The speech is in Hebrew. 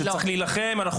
צריך להילחם עליו,